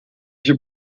się